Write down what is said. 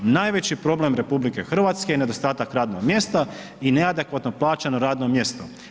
Najveći problem RH je nedostatak radnog mjesta i neadekvatno plaćeno radno mjesto.